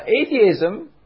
atheism